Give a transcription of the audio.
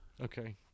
Okay